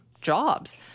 jobs